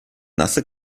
nasse